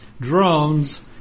drones